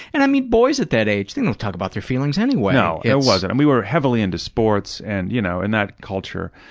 and um yeah boys at that age, they don't talk about their feelings anyway. no. yeah and we were heavily into sports and you know and that culture.